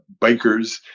bikers